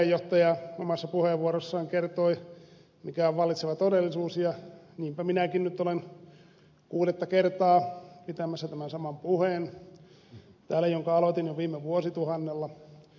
valiokunnan puheenjohtaja omassa puheenvuorossaan kertoi mikä on vallitseva todellisuus ja niinpä minäkin nyt olen kuudetta kertaa pitämässä täällä tämän saman puheen jonka aloitin jo viime vuosituhannella